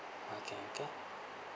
okay okay